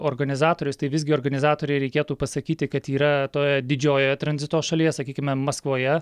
organizatorius tai visgi organizatoriai reikėtų pasakyti kad yra toje didžiojoje tranzito šalyje sakykime maskvoje